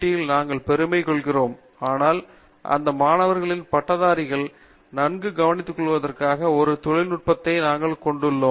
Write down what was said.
யில் நாங்கள் பெருமை கொள்கிறோம் ஆனால் அந்த மாணவர்களின் பட்டதாரிகளை நன்கு கவனித்துக்கொள்வதற்கான ஒரு தொழில் நுட்பத்தை நாங்கள் கொண்டுள்ளோம்